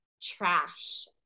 trash